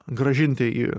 grąžinti į